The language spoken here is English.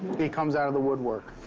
he comes out of the woodwork.